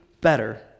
better